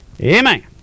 Amen